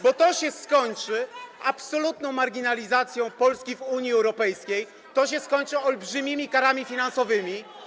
bo to się skończy absolutną marginalizacją Polski w Unii Europejskiej, to się skończy olbrzymimi karami finansowymi.